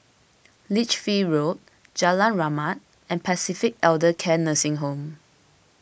Lichfield Road Jalan Rahmat and Pacific Elder Care Nursing Home